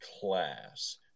class